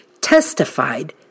testified